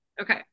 okay